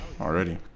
already